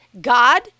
God